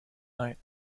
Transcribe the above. night